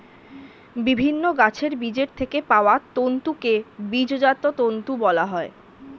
বিভিন্ন গাছের বীজের থেকে পাওয়া তন্তুকে বীজজাত তন্তু বলা হয়